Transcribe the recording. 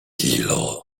kilo